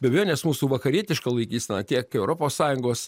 be abejonės mūsų vakarietiška laikysena tiek europos sąjungos